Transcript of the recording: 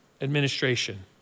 administration